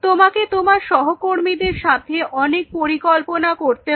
তোমাকে তোমার সহকর্মীদের সাথে অনেক পরিকল্পনা করতে হবে